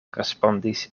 respondis